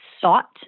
sought